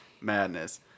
madness